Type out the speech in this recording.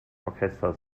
orchesters